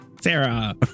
Sarah